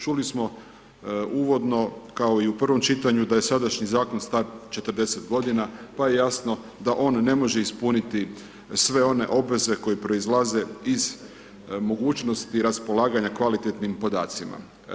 Čuli smo uvodno, kao i u prvom čitanju, da je sadašnji Zakon star 40 godina, pa je jasno da on ne može ispuniti sve one obveze koje proizlaze iz mogućnosti raspolaganja kvalitetnim podacima.